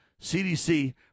CDC